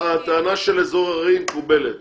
הטענה של אזור הררי מקובלת